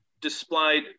displayed